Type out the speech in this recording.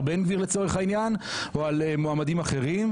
בן גביר לצורך העניין או על מועמדים אחרים.